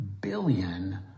billion